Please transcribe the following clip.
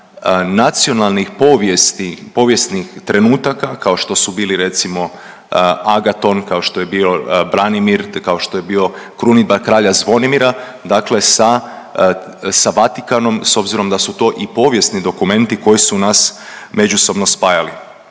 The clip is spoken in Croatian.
nacionalnih povijesnih trenutaka kao što su bili recimo Agaton, kao što je bio Branimir, kao što je bio krunidba kralja Zvonimira, dakle sa, sa Vatikanom s obzirom da su to i povijesni dokumenti koji su nas međusobno spajali.